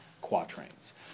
quatrains